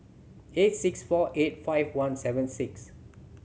eight six four eight five one seven six